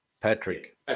Patrick